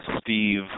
Steve